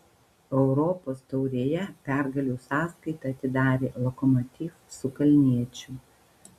europos taurėje pergalių sąskaitą atidarė lokomotiv su kalniečiu